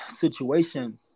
situation